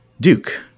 duke